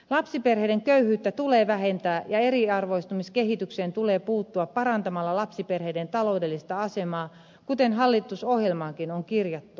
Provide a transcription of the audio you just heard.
lapsiperheiden köyhyyttä tulee vähentää ja eriarvoistumiskehitykseen tulee puuttua parantamalla lapsiperheiden taloudellista asemaa kuten hallitusohjelmaankin on kirjattu